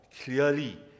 clearly